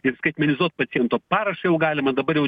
ir skaitmenizuot paciento parašą jau galima dabar jau